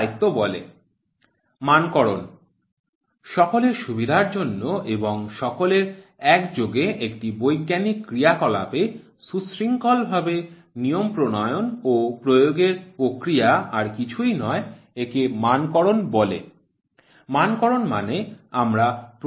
প্রমাণমান নির্ধারণ সকলের সুবিধার জন্য এবং সকলে একযোগে একটি বৈজ্ঞানিক ক্রিয়াকলাপে সুশৃঙ্খলভাবে নিয়ম প্রণয়ন ও প্রয়োগের প্রক্রিয়া আর কিছুই নয় একে প্রমাণমান নির্ধারণ বলে